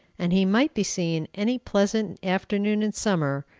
and he might be seen any pleasant afternoon in summer,